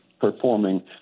performing